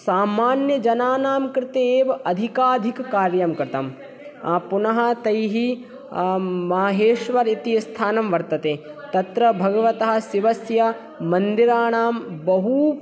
सामान्यजनानां कृते एव अधिकाधिककार्यं कृतं पुनः तैः माहेश्वरः इति स्थानं वर्तते तत्र भगवतः शिवस्य मन्दिराणां बहु